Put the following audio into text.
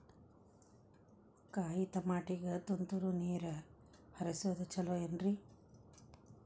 ಕಾಯಿತಮಾಟಿಗ ತುಂತುರ್ ನೇರ್ ಹರಿಸೋದು ಛಲೋ ಏನ್ರಿ?